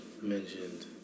mentioned